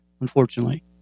unfortunately